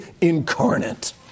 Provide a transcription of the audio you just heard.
incarnate